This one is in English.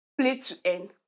play-to-end